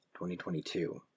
2022